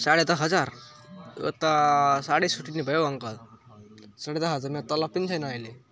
साढे दस हजार त्यो त साह्रै सुटी नै भयो हौ अङ्कल साढे दस हजार मेरो तलब पनि छैन अहिले